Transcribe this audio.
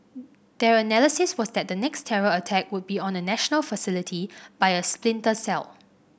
their analysis was that the next terror attack would be on a national facility by a splinter cell